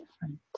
different